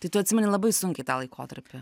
tai tu atsimeni labai sunkiai tą laikotarpį